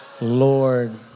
Lord